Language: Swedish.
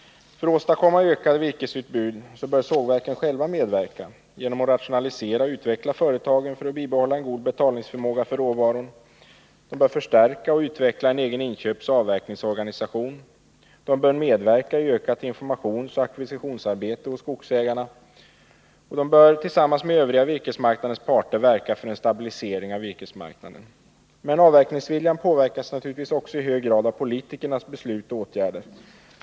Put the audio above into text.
För att åstadkomma ökade virkesutbud bör sågverken själva medverka genom att rationalisera och utveckla företagen för att bibehålla god betalningsförmåga för råvaran. De bör förstärka och utveckla en egen inköpsoch avverkningsorganisation. De bör medverka i ökat informationsoch ackvisitionsarbete hos skogsägarna. Och de bör tillsammans med övriga parter på virkesmarknaden verka för en stabilisering av virkesmarknaden. Men avverkningsviljan påverkas naturligtvis också i hög grad av politikernas beslut och åtgärder.